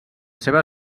seva